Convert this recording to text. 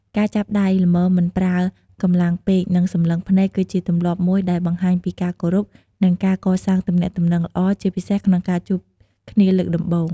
ការចាប់ដៃ ល្មមមិនប្រើកម្លាំងពេក និងសម្លឹងភ្នែក គឺជាទម្លាប់មួយដែលបង្ហាញពីការគោរព និងការកសាងទំនាក់ទំនងល្អ ជាពិសេសក្នុងការជួបគ្នាលើកដំបូង។